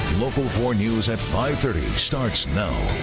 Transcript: local four news at five thirty starts now!